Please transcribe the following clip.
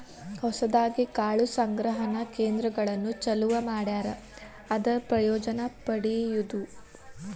ಹೊಸದಾಗಿ ಕಾಳು ಸಂಗ್ರಹಣಾ ಕೇಂದ್ರಗಳನ್ನು ಚಲುವ ಮಾಡ್ಯಾರ ಅದರ ಪ್ರಯೋಜನಾ ಪಡಿಯುದು